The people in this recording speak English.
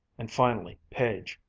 and finally page,